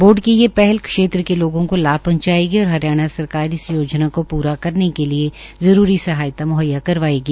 board की ये पहल क्षेत्र के लोगों को लाभ पहुंचायेंगी और हरियाणा सरकार इस योजना को पूरा करने के लिये जरूरी सहायता म्हैया करवायेगी